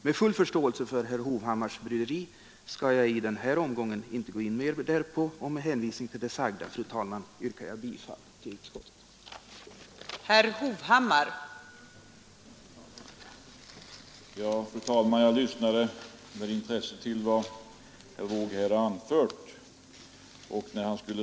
Med full förståelse för herr Hovhammars bryderi skall jag i den här omgången inte gå in mer på detta. Med hänvisning till det sagda, fru talman, yrkar jag bifall till utskottets hemställan.